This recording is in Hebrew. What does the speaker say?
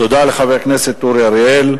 תודה לחבר הכנסת אורי אריאל.